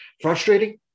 frustrating